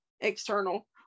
external